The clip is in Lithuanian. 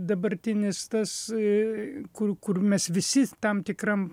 dabartinis tasai kur kur mes visi tam tikram